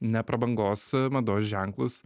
ne prabangos mados ženklus